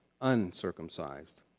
uncircumcised